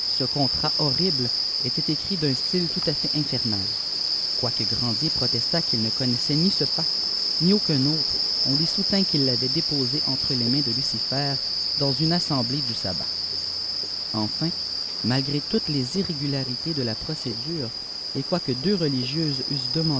ce icantral horrible était écrit d'un style tout-à-fait iaferufil quaiqh jrandier protestât qu'il ne'connaissîit jï ce paqtp i uçun amir on iui soutint qu'il l'avait déposé ef tre les mains de lucifer dans une assemblée du sabbat enfin malgré toutes les irrégularités delà piçd ei qnomwe deux religieuses